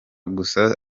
gusa